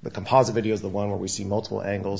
the composite video is the one where we see multiple angles